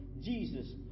Jesus